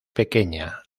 pequeña